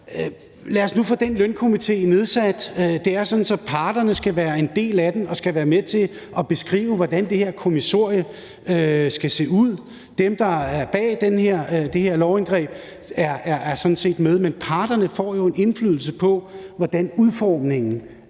lad os nu få den lønkomité nedsat. Det er sådan, at parterne skal være en del af den og skal være med til at beskrive, hvordan det her kommissorie skal se ud. Dem, der er bag det her lovindgreb, er sådan set med, men parterne får jo en indflydelse på, hvordan udformningen af